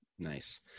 Nice